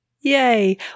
Yay